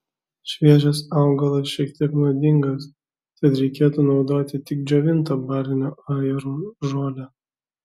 šviežias augalas šiek tiek nuodingas tad reikėtų naudoti tik džiovintą balinio ajero žolę